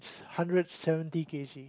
hundred seventy K_G